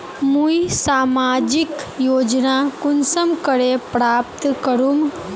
मुई सामाजिक योजना कुंसम करे प्राप्त करूम?